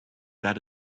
that